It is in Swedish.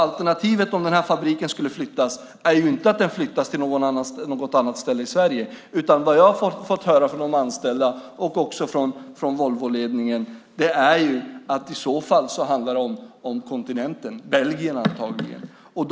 Alternativet om den här fabriken skulle flyttas är inte att den flyttas till något annat ställe i Sverige, utan vad jag har fått höra från de anställda och också från Volvoledningen är att det i så fall handlar om kontinenten, Belgien antagligen.